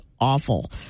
awful